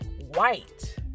white